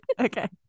Okay